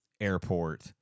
airport